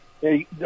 Hey